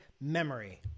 memory